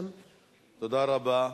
תודה רבה לגברתי.